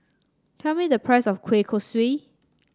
tell me the price of Kueh Kosui